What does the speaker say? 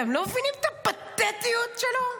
אתם לא מבינים את הפתטיות שלו?